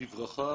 בברכה,